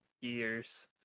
years